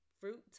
fruit